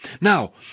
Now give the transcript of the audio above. Now